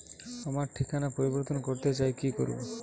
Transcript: আমার ঠিকানা পরিবর্তন করতে চাই কী করব?